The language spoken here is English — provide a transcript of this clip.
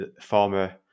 Former